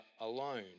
alone